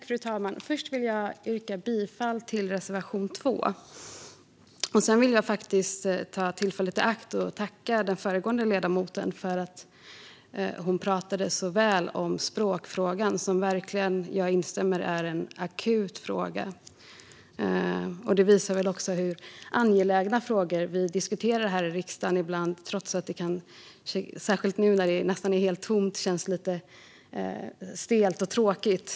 Fru talman! Jag vill först yrka bifall till reservation 2. Sedan vill jag ta tillfället i akt att tacka den föregående ledamoten för att hon pratade så väl om språkfrågan. Jag instämmer verkligen i att den är akut. Det här visar vilka angelägna frågor som vi diskuterar här i riksdagen ibland, trots att det, särskilt nu när det är helt tomt, kan kännas lite stelt och tråkigt.